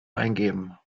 eingeben